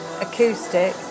acoustic